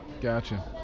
Gotcha